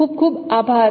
ખુબ ખુબ આભાર